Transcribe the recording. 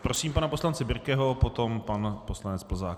Prosím pana poslance Birkeho, potom pan poslanec Plzák.